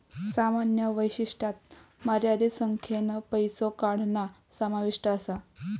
सामान्य वैशिष्ट्यांत मर्यादित संख्येन पैसो काढणा समाविष्ट असा